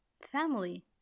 family